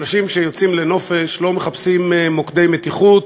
אנשים שיוצאים לנופש לא מחפשים מוקדי מתיחות